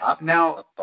Now